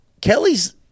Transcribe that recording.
Kelly's